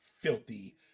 filthy